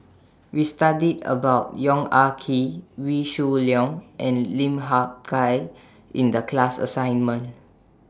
We studied about Yong Ah Kee Wee Shoo Leong and Lim Hak Tai in The class assignment